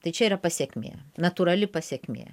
tai čia yra pasekmė natūrali pasekmė